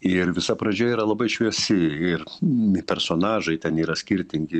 ir visa pradžia yra labai šviesi ir mi personažai ten yra skirtingi